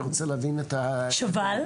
אני רוצה להבין את ה- -- שוב"ל.